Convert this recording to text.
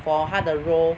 for 她的 role